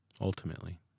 ultimately